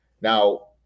now